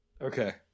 Okay